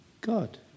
God